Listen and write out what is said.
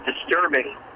disturbing